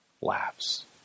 laughs